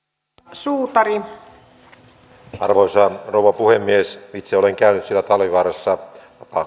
arvoisa rouva puhemies itse olen käynyt siellä talvivaarassa